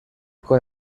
con